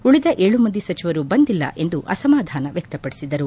ಉಳಿದ ಏಳು ಮಂದಿ ಸಚಿವರು ಬಂದಿಲ್ಲ ಎಂದು ಆಸಮಾಧಾನ ವ್ಯಕ್ತಪಡಿಸಿದರು